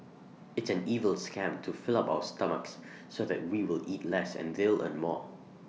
it's an evil scam to fill up our stomachs so that we will eat less and they'll earn more